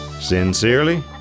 Sincerely